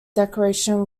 decoration